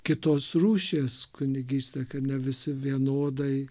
kitos rūšies kunigystė kad ne visi vienodai